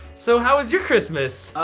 so how was your christmas?